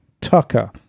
Tucker